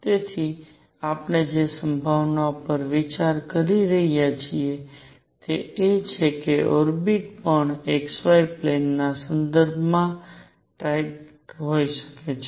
તેથી આપણે જે સંભાવના પર વિચાર કરી રહ્યા છીએ તે એ છે કે ઓર્બિટ્સ પણ xy પ્લૅન ના સંદર્ભમાં ટાઇટલ હોઈ શકે છે